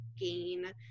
gain